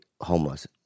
homeless